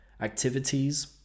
activities